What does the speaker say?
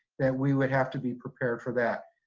that we would have to be prepared for that.